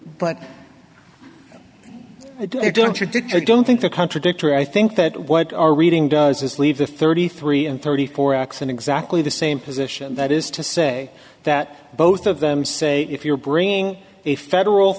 did i don't think the contradictory i think that what our reading does this leave the thirty three and thirty four x in exactly the same position that is to say that both of them say if you're bringing a federal